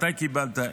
מתי קיבלת,